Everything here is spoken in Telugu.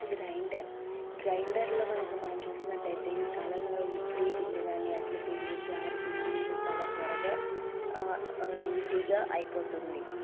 గ్రైండర్ గ్రైండర్లో కనక మనం చూసినట్లయితే ఈ కాలంలో ఇడ్లీపిండి కానీ అట్లుపిండి గారెపిండి ఇవి చాలా త్వరగా ఈజీగా అయిపోతుంది